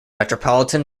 metropolitan